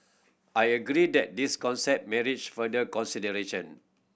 I agree that this concept merits further consideration